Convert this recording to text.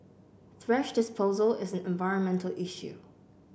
thrash disposal is an environmental issue